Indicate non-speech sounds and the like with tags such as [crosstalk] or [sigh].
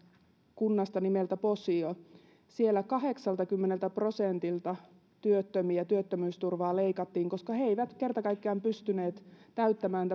kunnasta nimeltä posio siellä kahdeksaltakymmeneltä prosentilta työttömiä työttömyysturvaa leikattiin koska he he eivät kerta kaikkiaan pystyneet täyttämään [unintelligible]